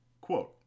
Quote